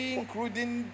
including